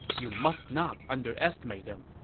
you must not underestimate him.